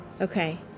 Okay